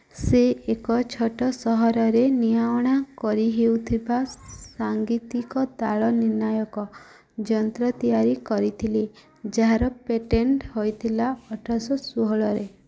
ସେ ଏକ ଛୋଟ ସହଜରେ ନିଆଅଣା କରିହେଉଥିବା ସାଙ୍ଗୀତିକ ତାଳ ନିର୍ଣ୍ଣାୟକ ଯନ୍ତ୍ର ତିଆରି କରିଥିଲେ ଯାହାର ପେଟେଣ୍ଟ୍ ହୋଇଥିଲା ଅଠରଶ ଷୋହଳରେ